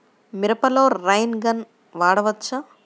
మిరపలో rain gun వాడవచ్చా?